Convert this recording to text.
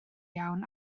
iawn